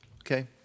Okay